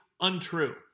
untrue